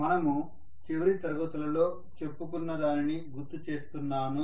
మనము చివరి తరగతులలో చెప్పుకున్న దానిని గుర్తు చేస్తున్నాను